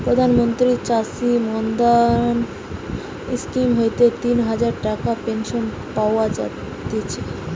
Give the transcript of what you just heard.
প্রধান মন্ত্রী চাষী মান্ধান স্কিম হইতে তিন হাজার টাকার পেনশন পাওয়া যায়তিছে